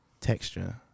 texture